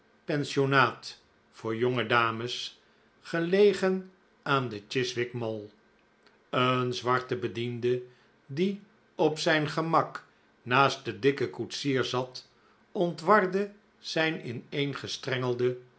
sionaat voor jonge dames gelegen aan de chiswick mall een zwarte bediende die op zijn gemak naast den dikken koetsier zat ontwarde zijn ineengestrengelde